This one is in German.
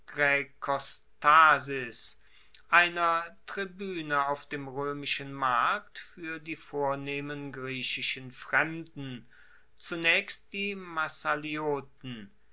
graecostasis einer tribuene auf dem roemischen markt fuer die vornehmen griechischen fremden zunaechst die